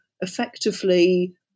effectively